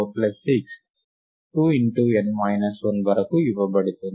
2n minus 1 వరకు ఇవ్వబడుతుంది